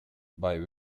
but